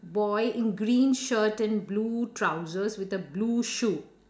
boy in green shirt and blue trousers with a blue shoe